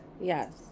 Yes